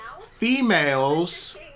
females